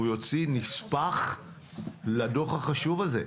והוא יוציא נספח לדוח החשוב הזה.